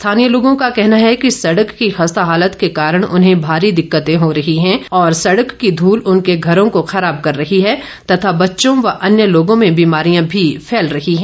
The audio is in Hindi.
स्थानीय लोगों का कहना है कि सड़क की खस्ता हालत के कारण उन्हें भारी दिक्कतें हो रही है और सड़क की धूल उनके घरों को खराब कर रही है तथा बच्चों व अन्य लोगों में बीमारियां भी फैल रही है